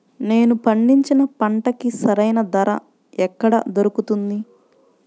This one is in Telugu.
నేను పండించిన పంటకి సరైన ధర ఎక్కడ దొరుకుతుంది?